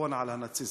הניצחון על הנאציזם.